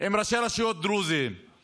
עם ראשי רשויות דרוזים,